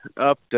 up